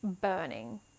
burning